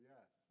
Yes